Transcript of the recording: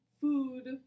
food